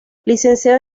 licenciado